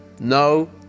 no